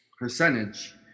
percentage